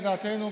לדעתנו,